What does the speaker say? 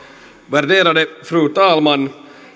värderade fru talman